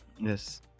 Yes